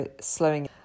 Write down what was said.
slowing